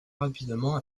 rapidement